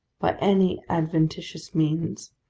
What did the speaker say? by any adventitious means,